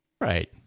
Right